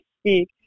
speak